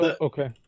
Okay